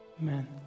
Amen